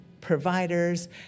providers